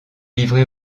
livré